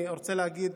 אני רוצה להגיד